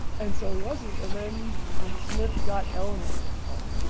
and so he wasn't and then smith got eleanor to call.